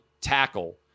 tackle